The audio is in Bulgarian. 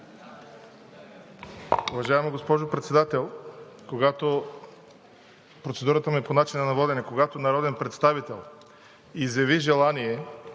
Уважаема госпожо Председател, процедурата ми е по начина на водене. Когато народен представител изяви желание